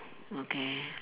okay